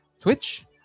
Twitch